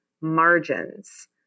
margins